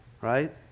right